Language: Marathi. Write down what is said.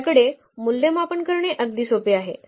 आपल्याकडे मूल्यमापन करणे अगदी सोपे आहे